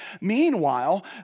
Meanwhile